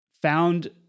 Found